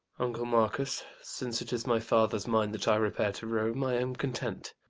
uncle marcus, since tis my father's mind that i repair to rome, i am content.